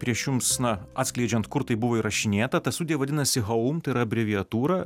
prieš jums na atskleidžiant kur tai buvo įrašinėta ta studija vadinasi haum tai yra abreviatūra